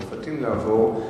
מפתות לעבור,